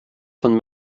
von